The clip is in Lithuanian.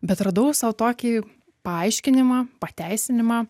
bet radau sau tokį paaiškinimą pateisinimą